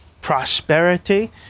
prosperity